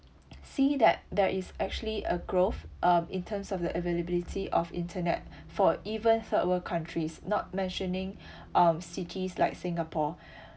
see that there is actually a growth um in terms of the availability of internet for even third world countries not mentioning um cities like singapore